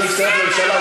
שאנחנו נצטרף לממשלה,